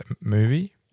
movie